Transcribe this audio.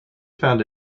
found